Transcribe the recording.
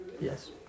Yes